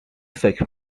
فکر